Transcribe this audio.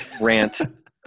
rant